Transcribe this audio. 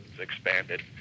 expanded